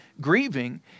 grieving